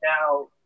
Now